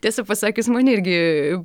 tiesą pasakius man irgi